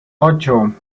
ocho